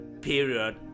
period